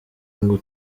ngo